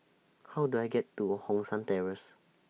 How Do I get to Hong San Terrace